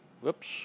whoops